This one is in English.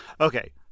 Okay